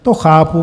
To chápu.